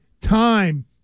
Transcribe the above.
time